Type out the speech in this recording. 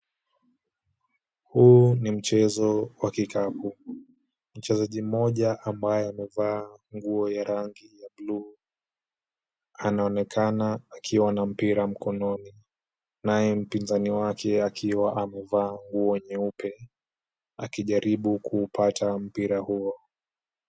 Huu ni mchezo wa kikapu. Mchezaji mmoja ambaye amevaa nguo ya rangi ya blue , anaonekana akiwa na mpira mkononi, naye mpinzani wake akiwa amevaa nguo nyeupe, akijaribu kuupata mpira huo.